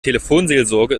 telefonseelsorge